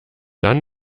dann